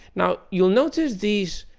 now, you'll notice these